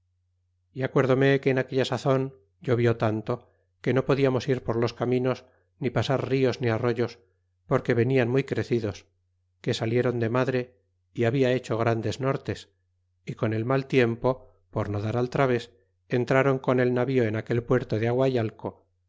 e acuérdome que en aquella sazon llovió tanto que no podiamos ir por los caminos ni pasar nos ni arroyos porque venian muy crecidos que salieron de madre y habia hecho grandes nortes y con el ma l tiempo por no dar al traves entrron con el navío en aquel puerto de